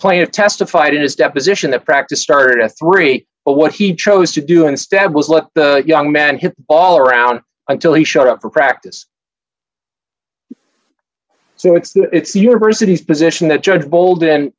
plant testified in his deposition that practice started at three but what he chose to do instead was let the young man have all around until he showed up for practice so it's that it's the university's position that judge bold